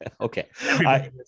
okay